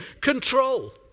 control